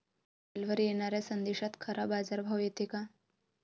मोबाईलवर येनाऱ्या संदेशात खरा बाजारभाव येते का?